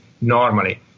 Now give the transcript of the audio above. normally